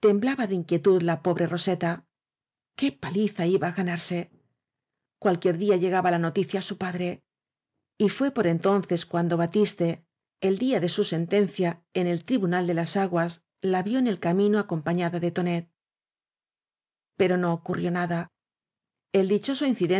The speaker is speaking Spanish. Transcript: temblaba de inquietud la pobre roseta oué paliza iba á ganarse cualquier día llega ba la noticia á su padre y fué por entonces cuando batiste el día de su sentencia en el tribunal de las aguas la vió en el camino acompañada de tonet pero no ocurrió nada el